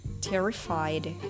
terrified